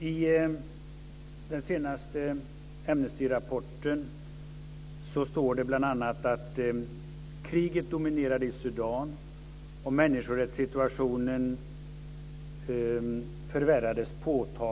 I den senaste Amnestyrapporten står det bl.a.: "Kriget dominerade i Sudan - och människorättssituationen förvärrades påfallande."